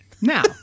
Now